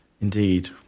Indeed